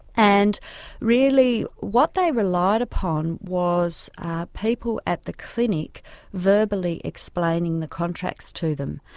and really what they relied upon was people at the clinic verbally explaining the contracts to them.